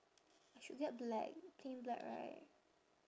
I should get black plain black right